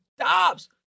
Dobbs